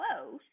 close